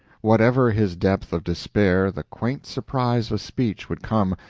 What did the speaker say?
whatever his depth of despair, the quaint surprise of speech would come,